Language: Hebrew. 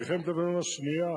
מלחמת לבנון השנייה,